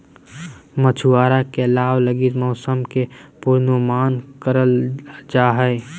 मछुआरा के लाभ लगी मौसम के पूर्वानुमान करल जा हइ